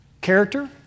Character